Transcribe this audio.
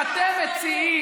מה אתם מציעים?